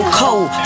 cold